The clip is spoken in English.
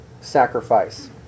sacrifice